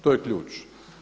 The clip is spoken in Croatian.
To je ključ.